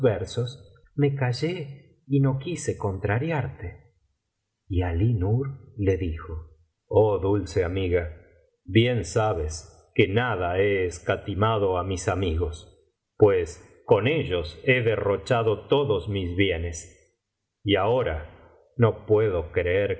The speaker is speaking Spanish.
me callé y no quise contrariarte y alí nur le dijo oh dulceamiga bien sabes que nada he escatimado á mis amigos pues con ellos he derrochado todos mis bienes y ahora no puedo creer